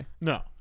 no